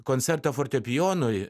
koncertą fortepijonui